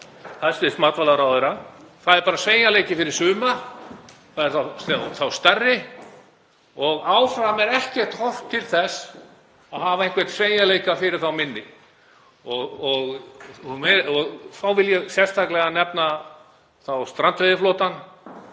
það er bara sveigjanleiki fyrir suma, þá stærri, og áfram er ekkert horft til þess að hafa einhvern sveigjanleika fyrir þá minni. Þá vil ég sérstaklega nefna strandveiðiflotann.